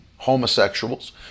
homosexuals